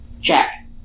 jack